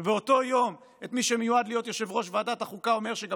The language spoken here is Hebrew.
ובאותו יום מי שמיועד להיות יושב-ראש ועדת החוקה אומר שגם